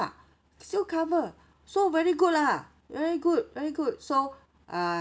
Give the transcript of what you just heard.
still cover so very good lah very good very good so uh